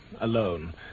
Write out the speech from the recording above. alone